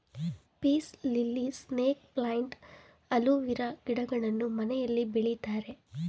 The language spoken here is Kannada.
piece lily, snake plant, aloe vera ಗಿಡಗಳನ್ನು ಮನೆಯಲ್ಲಿ ಬೆಳಿತಾರೆ